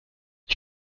ich